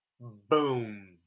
Boom